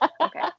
Okay